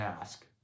ask